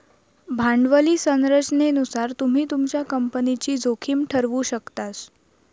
भांडवली संरचनेनुसार तुम्ही तुमच्या कंपनीची जोखीम ठरवु शकतास